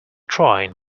trying